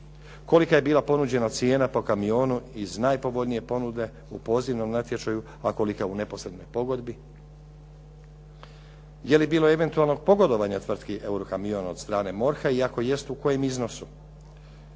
Kolika je bila ponuđena cijena po kamionu iz najpovoljnije ponude u pozivnom natječaju, a kolika u neposrednoj pogodbi? Je li bilo eventualnog pogodovanja tvrtki “Eurokamion“ od strane MORH-a i ako jest u kojem iznosu?